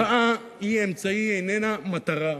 מחאה היא אמצעי, היא איננה מטרה.